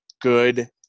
good